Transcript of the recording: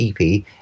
EP